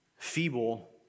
feeble